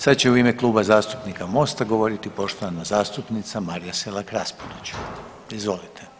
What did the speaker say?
Sad će u ime Kluba zastupnika Mosta govoriti poštovana zastupnica Marija Selak Raspudić, izvolite.